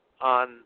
on